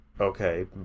okay